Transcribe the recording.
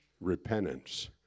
Repentance